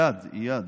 איאד.